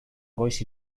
goiz